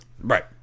Right